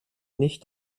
nicht